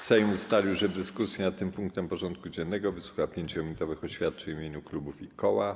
Sejm ustalił, że w dyskusji nad tym punktem porządku dziennego wysłucha 5-minutowych oświadczeń w imieniu klubów i koła.